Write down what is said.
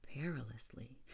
perilously